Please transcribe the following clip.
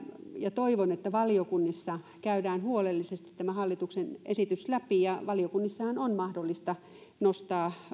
ja toivon niin että valiokunnissa käydään huolellisesti tämä hallituksen esitys läpi ja valiokunnissahan on mahdollista nostaa